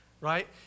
right